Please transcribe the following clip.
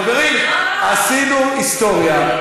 חברים, עשינו היסטוריה.